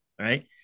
right